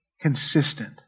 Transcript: consistent